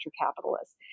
capitalists